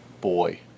Boy